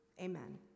Amen